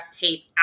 tape